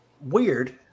weird